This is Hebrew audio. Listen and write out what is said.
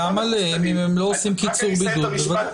--- גם עליהם, אם הם לא עושים קיצור בוודאי.